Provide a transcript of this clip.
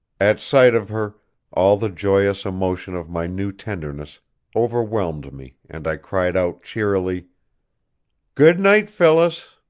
at sight of her all the joyous emotion of my new tenderness overwhelmed me and i cried out cheerily good-night, phyllis!